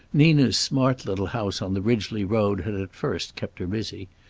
nina's smart little house on the ridgely road had at first kept her busy.